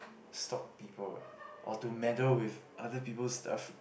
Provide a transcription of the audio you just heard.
stop people or to meddle with other people stuff